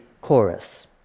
chorus